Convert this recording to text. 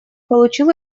получил